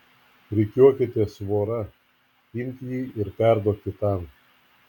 rikiuokitės vora imk jį ir perduok kitam